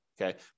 okay